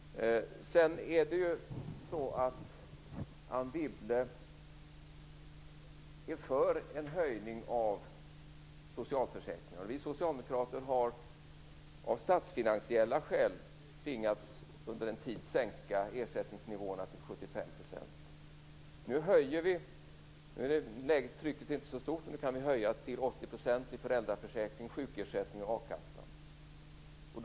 Anne Wibble är för en höjning av socialförsäkringarna. Av statsfinansiella skäl har vi socialdemokrater under en tid tvingats att sänka ersättningsnivåerna till 75 %. Nu är trycket inte så stort, så nu kan vi höja till 80 % i föräldraförsäkring, sjukersättning och a-kassa.